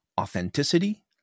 authenticity